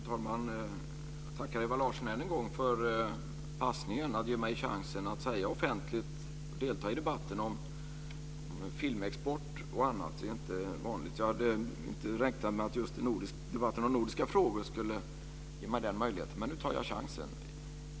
Fru talman! Jag tackar Ewa Larsson än en gång för passningen att ge mig chansen att säga detta offentligt och delta i debatten om filmexport och annat, det är inte vanligt. Jag hade inte räknat med att just debatten om nordiska frågor skulle ge mig den möjligheten, men nu tar jag chansen.